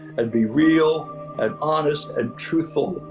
and be real and honest and truthful,